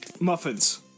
Muffins